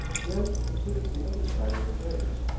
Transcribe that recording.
then considered the other side of the face.